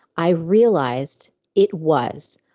i realized it was.